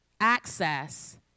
access